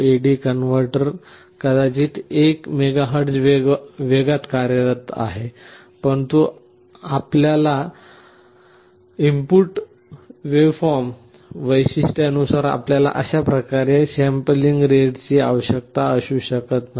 AD converter कदाचित 1 MHz वेगात कार्यरत आहे परंतु आपल्या इनपुट वेव्हफॉर्म वैशिष्ट्यानुसार आपल्याला अशा प्रकारच्या सॅम्पलिंग रेटची आवश्यकता असू शकत नाही